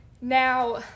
Now